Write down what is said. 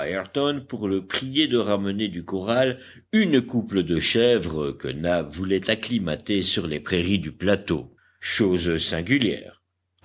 pour le prier de ramener du corral une couple de chèvres que nab voulait acclimater sur les prairies du plateau chose singulière